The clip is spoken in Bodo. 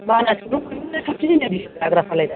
मानासखौ साबसिना साबसिन होनदों जाग्राफ्रालाय